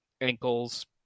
ankles